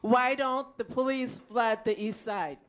why don't the police let the east side